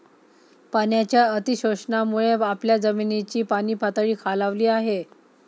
पाण्याच्या अतिशोषणामुळे आपल्या जमिनीची पाणीपातळी खालावली आहे